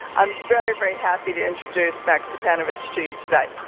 i'm very, very happy to introduce mac stipanovich to you today.